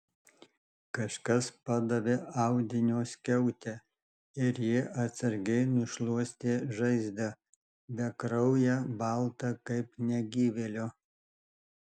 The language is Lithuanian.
kažkas padavė audinio skiautę ir ji atsargiai nušluostė žaizdą bekrauję baltą kaip negyvėlio